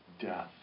death